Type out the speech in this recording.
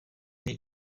něj